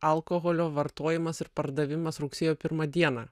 alkoholio vartojimas ir pardavimas rugsėjo pirmą dieną